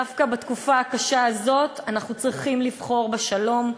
דווקא בתקופה הקשה הזאת אנחנו צריכים לבחור בשלום,